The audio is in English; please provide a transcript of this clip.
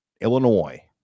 Illinois